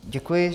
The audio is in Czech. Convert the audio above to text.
Děkuji.